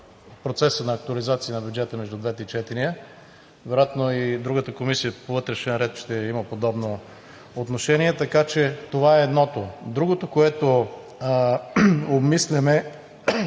на актуализация на бюджета между двете четения. Вероятно и другата Комисия по вътрешен ред ще има подобно отношение, така че това е едното. Другото, което обмисляме